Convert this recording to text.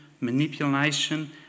manipulation